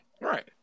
Right